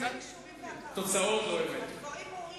תוצאות לא הבאתם.